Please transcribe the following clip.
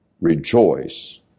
rejoice